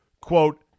quote